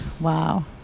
Wow